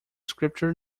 scripture